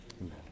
amen